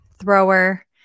thrower